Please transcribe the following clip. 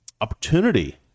opportunity